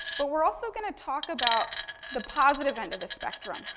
but, we're also going to talk about the positive end of the spectrum,